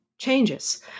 Changes